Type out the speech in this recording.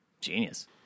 Genius